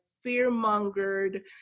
fear-mongered